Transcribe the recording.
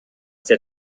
der